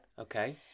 Okay